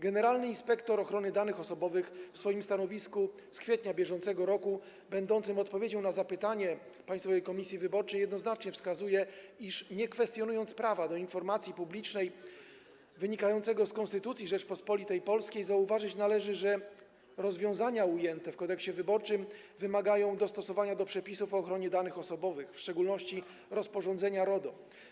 Generalny inspektor ochrony danych osobowych w swoim stanowisku z kwietnia br. będącym odpowiedzią na zapytanie Państwowej Komisji Wyborczej jednoznacznie wskazuje, iż nie kwestionując prawa do informacji publicznej wynikającego z Konstytucji Rzeczypospolitej Polskiej, zauważyć należy, że rozwiązania ujęte w Kodeksie wyborczym wymagają dostosowania do przepisów o ochronie danych osobowych, w szczególności rozporządzenia RODO.